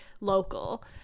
local